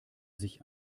sich